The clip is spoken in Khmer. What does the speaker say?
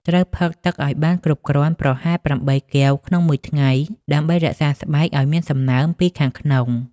ត្រូវផឹកទឹកឱ្យបានគ្រប់គ្រាន់ ប្រហែល ៨ កែវក្នុងមួយថ្ងៃ ដើម្បីរក្សាស្បែកឱ្យមានសំណើមពីខាងក្នុង ។